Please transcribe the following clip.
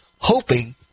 hoping